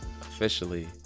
officially